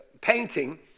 painting